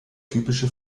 typische